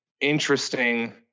interesting